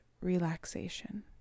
relaxation